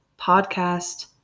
podcast